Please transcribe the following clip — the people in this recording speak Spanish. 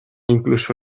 incluso